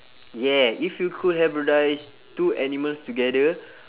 yeah if you could hybridise two animals together